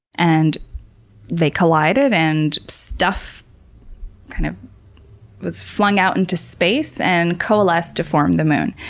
and they collided, and stuff kind of was flung out into space, and coalesced to form the moon.